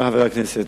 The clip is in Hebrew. חברי חברי הכנסת,